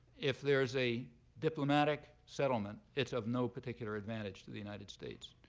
if there's a diplomatic settlement, it's of no particular advantage to the united states.